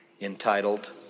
entitled